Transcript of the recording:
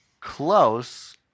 Close